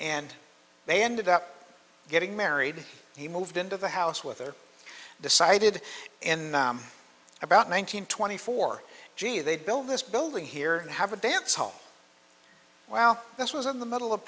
and they ended up getting married he moved into the house with her decided in about one nine hundred twenty four g they'd build this building here and have a dance hall well this was in the middle of